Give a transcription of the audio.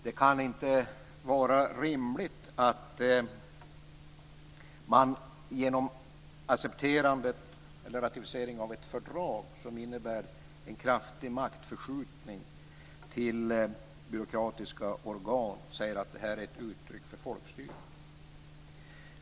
Det kan inte vara rimligt att säga att ratificering av ett fördrag som innebär en kraftig maktförskjutning till byråkratiska organ är ett uttryck för folkstyret.